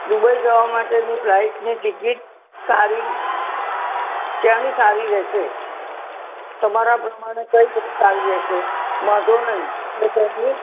Dubai જવા માટેના ની ફ્લાઇટની ટીકીટ સારી ક્યાંની સારી રહેશે તમારા પ્રમાણે કંઈ ની સારી રહેશે વાંધો નહીં બધાંની